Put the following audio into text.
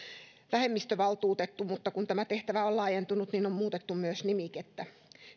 vähemmistövaltuutettu mutta kun tämä tehtävä on laajentunut niin on muutettu myös nimikettä